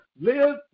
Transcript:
live